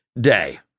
day